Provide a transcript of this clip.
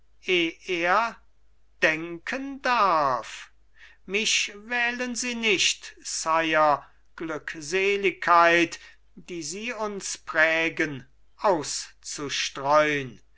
er denken darf mich wählen sie nicht sire glückseligkeit die sie uns prägen